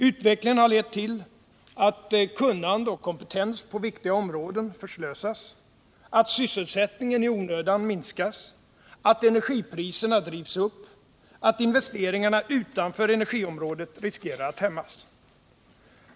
Utvecklingen har lett till att kunnande och kompetens på viktiga områden förslösas att sysselsättningen i onödan minskas att energipriserna drivs upp att investeringarna utanför energiområdet riskerar att hämmas.